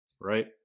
right